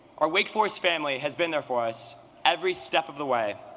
our wake forest family has been there for us every step of the way,